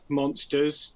monsters